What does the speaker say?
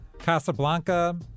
Casablanca